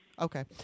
Okay